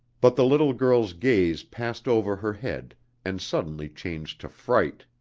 but the little girl's gaze passed over her head and suddenly changed to fright.